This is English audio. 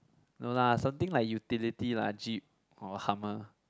no lah something like utility lah Jeep or Hummer